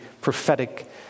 prophetic